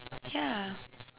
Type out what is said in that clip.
yeah